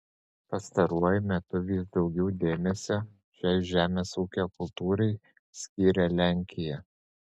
pastaruoju metu vis daugiau dėmesio šiai žemės ūkio kultūrai skiria lenkija